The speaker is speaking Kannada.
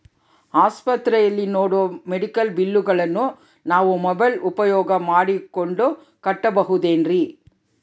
ಆಸ್ಪತ್ರೆಯಲ್ಲಿ ನೇಡೋ ಮೆಡಿಕಲ್ ಬಿಲ್ಲುಗಳನ್ನು ನಾವು ಮೋಬ್ಯೆಲ್ ಉಪಯೋಗ ಮಾಡಿಕೊಂಡು ಕಟ್ಟಬಹುದೇನ್ರಿ?